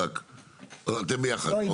אתם ביחד?